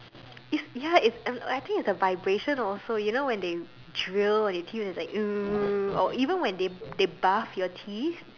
it's ya it's I don't know I think it's a vibration also you know when they drill and you teeth is like or even when they they buff your teeth